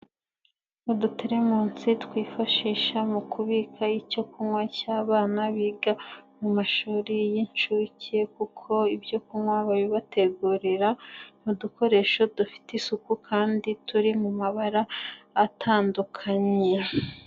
Uduteremunsi twifashisha mu kubika icyo kunywa cy'abana biga mu mashuri y'inshuke, kuko ibyo kunywa bibategurira mu dukoresho dufite isuku, kandi turi mu mabara atandukanye.